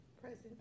Present